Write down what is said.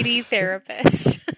therapist